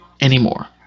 anymore